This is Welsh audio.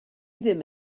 ddim